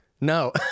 No